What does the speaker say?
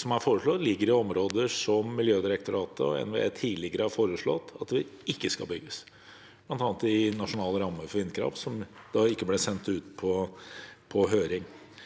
som er foreslått, ligger i områder som Miljødirektoratet og NVE tidligere har foreslått at det ikke skal bygges i, bl.a. med tanke på nasjonale rammer for vindkraft, som ikke ble sendt ut på høring.